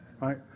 Right